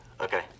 Okay